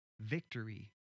victory